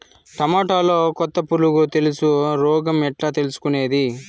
టమోటాలో కొత్త పులుగు తెలుసు రోగం ఎట్లా తెలుసుకునేది?